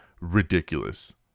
ridiculous